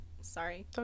sorry